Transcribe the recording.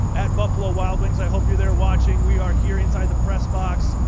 at buffalo wild wings. i hope you're there watching. we are here inside the press box.